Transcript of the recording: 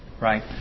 Right